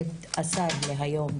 השר להיום,